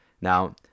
Now